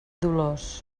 dolors